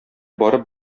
барып